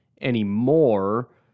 anymore